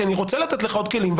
כי אני רוצה לתת לך עוד כלים,